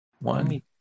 One